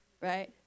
right